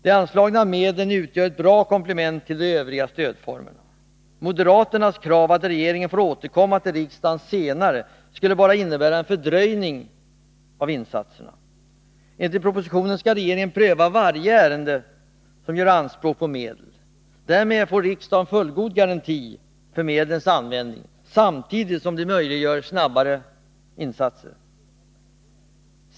De anslagna medlen utgör ett bra komplement till övriga stödformer. Moderaternas krav om att regeringen senare får återkomma till riksdagen skulle bara innebära en fördröjning av insatserna. Enligt propositionen skall regeringen pröva varje ärende som gör anspråk på medel. Därmed får riksdagen fullgod garanti för medlens användning samtidigt som det möjliggör snabbare insatser.